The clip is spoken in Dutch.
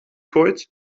gooit